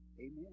Amen